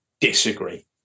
disagree